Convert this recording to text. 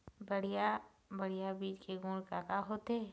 बढ़िया बीज के गुण का का होथे?